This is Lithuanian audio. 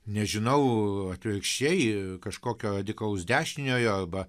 nežinau atvirkščiai kažkokio radikalaus dešiniojo arba